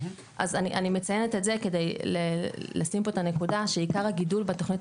אני מציינת את זה כדי לשים פה את הנקודה שעיקר הגידול בתכנית